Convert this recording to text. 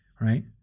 right